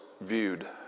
viewed